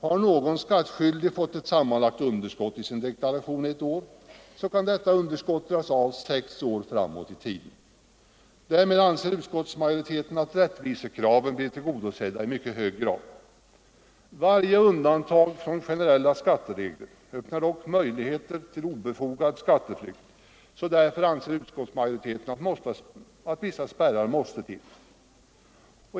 Har någon skattskyldig fått ett sammanlagt underskott i sin deklaration ett år, så kan detta underskott dras av sex år framåt i tiden. Därmed anser utskottsmajoriteten att rättvisekraven blir tillgodosedda i mycket hög grad. Varje undantag från generella skatteregler ökar möjligheterna till obefogad skatteflykt, och därför anser utskottsmajoriteten att vissa spärrar måste till.